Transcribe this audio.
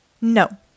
No